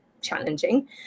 challenging